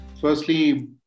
Firstly